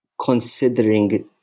considering